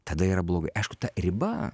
tada yra blogai aišku ta riba